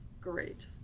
Great